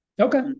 Okay